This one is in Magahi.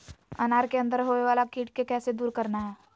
अनार के अंदर होवे वाला कीट के कैसे दूर करना है?